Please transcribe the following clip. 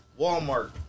Walmart